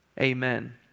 amen